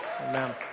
Amen